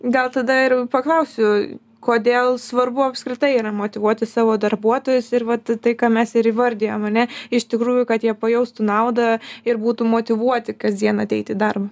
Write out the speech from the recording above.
gal tada ir paklausiu kodėl svarbu apskritai yra motyvuoti savo darbuotojus ir vat tai ką mes ir įvardijom ane iš tikrųjų kad jie pajaustų naudą ir būtų motyvuoti kasdien ateiti į darbą